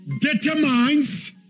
determines